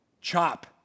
chop